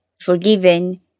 forgiven